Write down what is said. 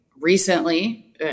recently